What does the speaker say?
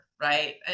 right